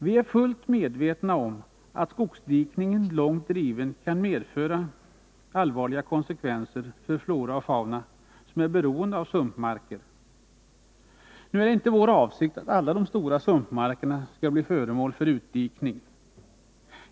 Vi är fullt medvetna om att skogsdikningen långt driven kan medföra allvarliga konsekvenser för flora och fauna, som är beroende av sumpmarker. Nu är det inte vår avsikt att alla de stora sumpmarksområdena skall bli föremål för utdikning.